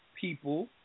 people